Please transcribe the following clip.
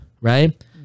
right